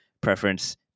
preference